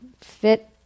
fit